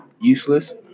useless